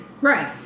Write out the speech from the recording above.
Right